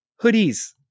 hoodies